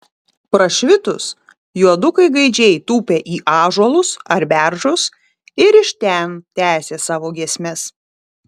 prašvitus juodukai gaidžiai tūpė į ąžuolus ar beržus ir iš ten tęsė savo giesmes